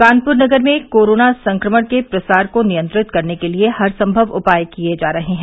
कानपुर नगर में कोरोना संक्रमण के प्रसार को नियंत्रित करने के लिए हरसंभव उपाय किए जा रहे हैं